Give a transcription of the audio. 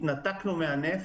התנתקנו מן הנפט.